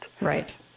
Right